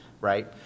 right